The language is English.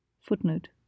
Footnote